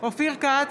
אופיר כץ,